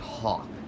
Talk